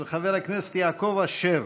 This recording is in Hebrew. של חבר הכנסת יעקב אשר.